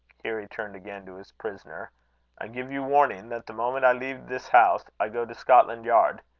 here he turned again to his prisoner i give you warning that the moment i leave this house, i go to scotland yard.